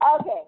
Okay